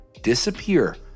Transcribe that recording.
disappear